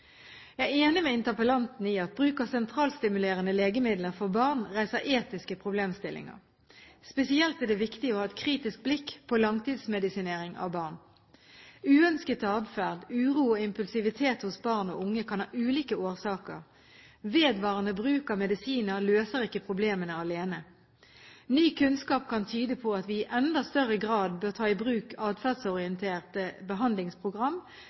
Jeg er enig med interpellanten i at bruk av sentralstimulerende legemidler for barn reiser etiske problemstillinger. Spesielt er det viktig å ha et kritisk blikk på langtidsmedisinering av barn. Uønsket atferd, uro og impulsivitet hos barn og unge kan ha ulike årsaker. Vedvarende bruk av medisiner løser ikke problemene alene. Ny kunnskap kan tyde på at vi i enda større grad bør ta i bruk atferdsorienterte behandlingsprogram